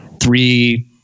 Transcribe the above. three